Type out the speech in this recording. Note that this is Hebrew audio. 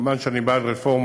מובן שאני גם בעד רפורמות,